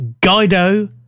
Guido